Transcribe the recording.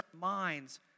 minds